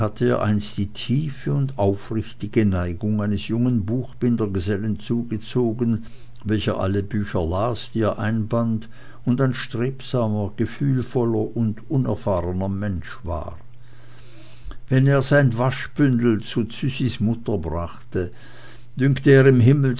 die tiefe und aufrichtige neigung eines jungen buchbindergesellen zugezogen welcher alle bücher las die er einband und ein strebsamer gefühlvoller und unerfahrener mensch war wenn er sein waschbündel zu züsis mutter brachte dünkte er im himmel